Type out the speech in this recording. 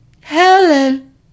Helen